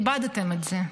איבדתם את זה.